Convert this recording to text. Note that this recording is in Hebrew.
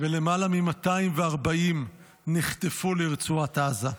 ולמעלה מ-240 נחטפו לרצועת עזה.